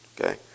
okay